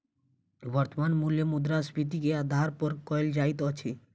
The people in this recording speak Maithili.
वर्त्तमान मूल्य मुद्रास्फीति के आधार पर कयल जाइत अछि